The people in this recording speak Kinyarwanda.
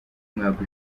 umwaka